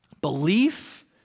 belief